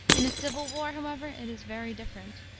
in a civil war, however, it is very different.